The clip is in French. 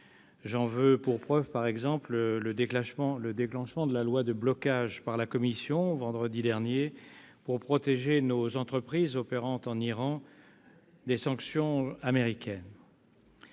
j'en veux pour preuve, par exemple, le déclenchement de la loi de « blocage » par la Commission vendredi pour protéger nos entreprises opérant en Iran des sanctions américaines.